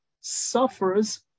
suffers